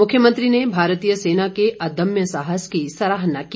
मुख्यमंत्री ने भारतीय सेना के अदम्य साहस की सराहना की